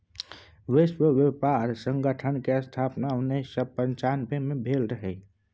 विश्व बेपार संगठन केर स्थापन उन्नैस सय पनचानबे मे भेल रहय